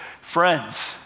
friends